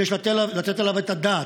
שיש לתת עליו את הדעת.